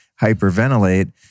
hyperventilate